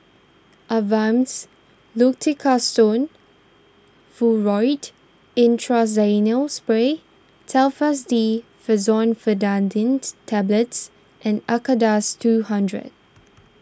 Avamys Fluticasone Furoate Intranasal Spray Telfast D Fexofenadines Tablets and Acardust two hundred